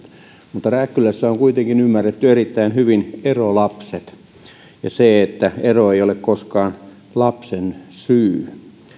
mutta rääkkylässä on kuitenkin ymmärretty erittäin hyvin erolapset ja se että ero ei ole koskaan lapsen syy